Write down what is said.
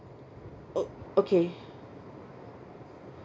o~ okay